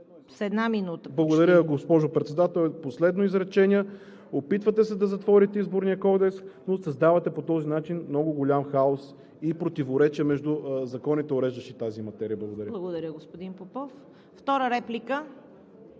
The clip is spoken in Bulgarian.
с една минута. ФИЛИП ПОПОВ: Благодаря, госпожо Председател. Последно изречение. Опитвате се да затворите Изборния кодекс, но създавате по този начин много голям хаос и противоречие между законите, уреждащи тази материя. Благодаря. ПРЕДСЕДАТЕЛ ЦВЕТА КАРАЯНЧЕВА: Благодаря, господин Попов. Втора реплика?